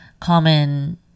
common